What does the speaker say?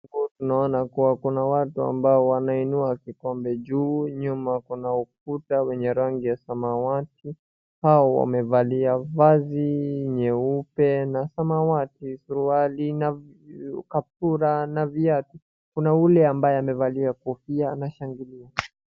Hapo tunaona kuwa kuna watu ambao wameinua kikombe juu. Nyuma kuna ukuta wenye rangi ya samawati hao wamevalia vazi nyeupe na samawati ,suruali na kaptura na viatu. Kuna yule ambaye amevalia kofia anashangilia.